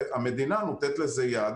והמדינה נותנת לזה יד